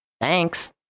Thanks